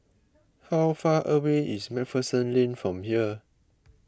how far away is MacPherson Lane from here